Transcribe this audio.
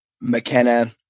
McKenna